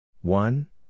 one